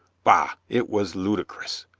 bah, it was ludicrous,